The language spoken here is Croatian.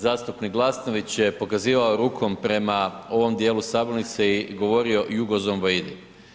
Zastupnik Glasnović je pokazivao rukom prema ovom dijelu sabornice i govorio jugozomboidi.